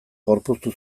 gorpuztu